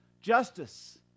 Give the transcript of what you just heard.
justice